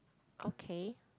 okay